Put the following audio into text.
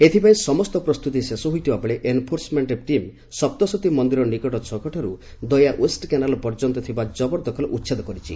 ଏଥିପାଇଁ ସମସ୍ତ ପ୍ରସ୍ତୁତି ଶେଷ ହୋଇଥିବାବେଳେ ଏନ୍ଫୋର୍ସ୍ମେଙ୍କ ଟିମ୍ ସପ୍ତସତୀ ମନ୍ଦିର ନିକଟ ଛକଠାର୍ ଦୟା ଓଏଷ କେନାଲ ପର୍ଯ୍ୟନ୍ତ ଥିବା ଜବରଦଖଲ ଉଛେଦ କରିଛି